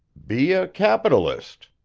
be a capitalist,